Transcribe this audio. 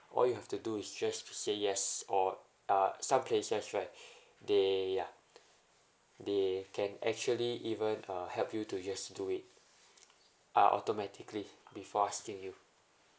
all you have to do is just to say yes or ah some cases right they ya they can actually even uh help you to just do it ah automatically before asking you